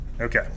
Okay